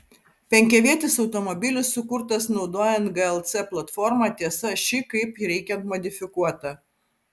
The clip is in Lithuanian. penkiavietis automobilis sukurtas naudojant glc platformą tiesa ši kaip reikiant modifikuota